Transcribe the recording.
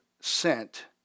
sent